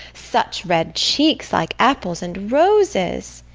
such red cheeks like apples and roses.